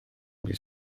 mis